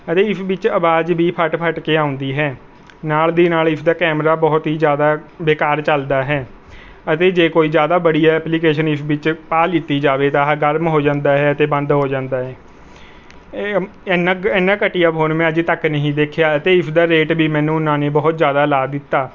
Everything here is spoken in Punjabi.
ਅਤੇ ਇਸ ਵਿੱਚ ਅਵਾਜ਼ ਵੀ ਫਟ ਫਟ ਕੇ ਆਉਂਦੀ ਹੈ ਨਾਲ ਦੀ ਨਾਲ ਇਸਦਾ ਕੈਮਰਾ ਬਹੁਤ ਹੀ ਜ਼ਿਆਦਾ ਬੇਕਾਰ ਚੱਲਦਾ ਹੈ ਅਤੇ ਜੇ ਕੋਈ ਜ਼ਿਆਦਾ ਬੜੀ ਐਪਲੀਕੇਸ਼ਨ ਇਸ ਵਿੱਚ ਪਾ ਲੀਤੀ ਜਾਵੇ ਤਾਂ ਆਹ ਗਰਮ ਹੋ ਜਾਂਦਾ ਹੈ ਅਤੇ ਬੰਦ ਹੋ ਜਾਂਦਾ ਹੈ ਇਹ ਅਮ ਐਨਾ ਘ ਐਨਾ ਘਟੀਆ ਫ਼ੋਨ ਮੈਂ ਅਜੇ ਤੱਕ ਨਹੀਂ ਦੇਖਿਆ ਅਤੇ ਇਸਦਾ ਰੇਟ ਵੀ ਮੈਨੂੰ ਉਹਨਾਂ ਨੇ ਬਹੁਤ ਜ਼ਿਆਦਾ ਲਾ ਦਿੱਤਾ